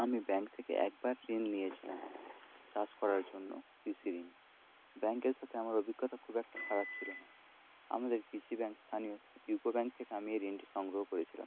আমি ব্যাঙ্ক থেকে একবার ঋণ নিয়েছিলাম চাষ করার জন্য কৃষি ঋণ ব্যাঙ্কের সাথে আমার অভিজ্ঞতা খুব একটা খারাপ ছিলো না আমাদের কৃষি ব্যাঙ্ক স্থানীয় ইউকো ব্যাঙ্ক থেকে আমি এই ঋণটি সংগ্রহ করেছিলাম